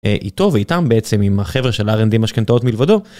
איתו ואיתם בעצם עם החבר'ה של אר אנד די משכנתאות מלבדו.